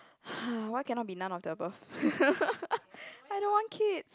why cannot be none of the above I don't want kids